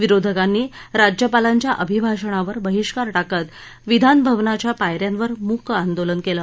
विरोधकांनी राज्यपालांच्या अभिभाषणावर बहिष्कार टाकत विधान भवनाच्या पायऱ्यांवर मूक आंदोलन केलं